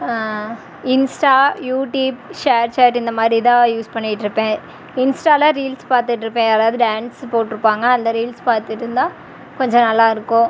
Insta YouTube ShareChat இந்தமாதிரி தான் use பண்ணிகிட்ருப்பேன் இன்ஸ்ட்டால ரீல்ஸ் பார்த்துட்ருப்பேன் யாராவது டான்ஸ் போட்டிருப்பாங்க அந்த ரீல்ஸ் பார்த்துட்ருந்தா கொஞ்சம் நல்லாருக்கும்